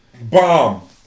Bomb